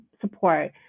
support